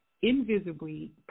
invisibly